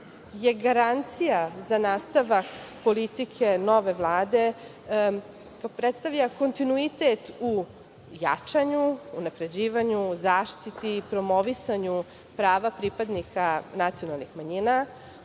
je garancija za nastavak politike nove Vlade. To predstavlja kontinuitet u jačanju, u unapređivanju, u zaštiti, u promovisanju prava pripadnika nacionalnih manjina.